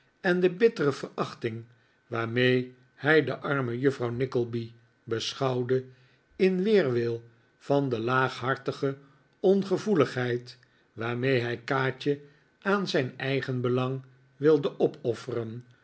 en de bittere verachting waarmee hij de arme juffrouw nickleby beschouwde in weerwil van de laaghartige ongevoeligheid waarmee hij kaatje aan zijn eigenbelang wilde opofferen